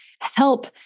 help